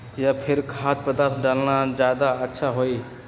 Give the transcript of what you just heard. या फिर खाद्य पदार्थ डालना ज्यादा अच्छा होई?